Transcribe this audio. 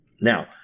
Now